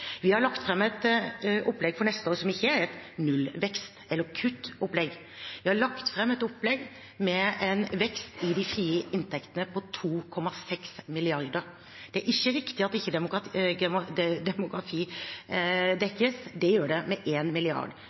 Vi har lagt fram et opplegg for neste år som ikke er et nullvekst- eller kuttopplegg. Vi har lagt fram et opplegg som gir en vekst i de frie inntektene på 2,6 mrd. kr. Det er ikke riktig at ikke demografi dekkes – det gjør det med